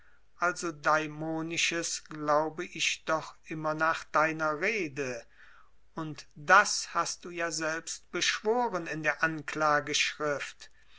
also daimonisches glaube ich doch immer nach deiner rede und das hast du ja selbst beschworen in der anklageschrift